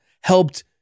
helped